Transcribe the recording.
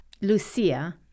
Lucia